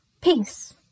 Peace